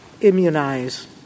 immunize